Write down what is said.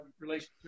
relationship